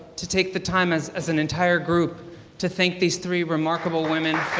to take the time as as an entire group to thank these three remarkable women